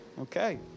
Okay